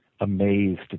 amazed